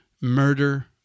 murder